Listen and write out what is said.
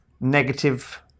negative